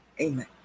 amen